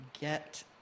get